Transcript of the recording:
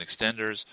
extenders